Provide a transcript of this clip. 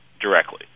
directly